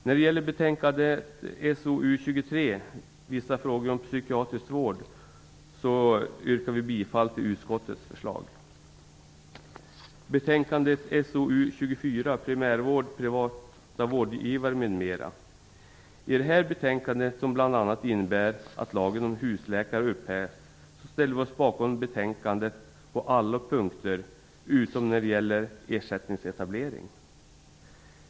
När det gäller betänkande SoU23 Vissa frågor om psykiatrisk tvångsvård yrkar vi bifall till utskottets hemställan. Betänkande SoU24 behandlar primärvård, privata rådgivare m.m. I det här betänkandet som bl.a. innebär att lagen om husläkare upphävs ställer vi oss bakom betänkandet på alla punkter utom när det gäller ersättningsetablering.